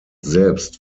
selbst